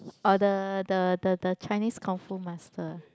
or the the the the Chinese kung-fu master